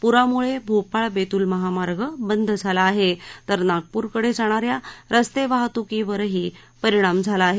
पुरामुळे भोपाळ बेतुल महामार्ग बंद झाला आहे तर नागपूरकडे जाणा या रस्ते वाहतुकीवरही परिणाम झाला आहे